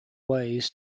ways